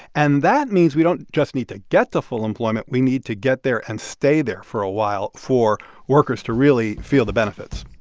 and that means we don't just need to get to full employment, we need to get there and stay there for a while for workers to really feel the benefits